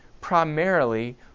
primarily